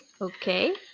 Okay